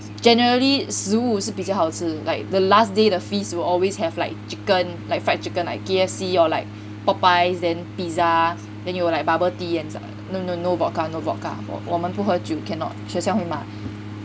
generally 食物是比较好吃 like the last day the feast will always have like chicken like fried chicken like K_F_C or like Popeyes then pizza then 有 like bubble tea and stuff no no no vodka no vodka 我们不喝酒 cannot 学校会骂